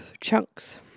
chunks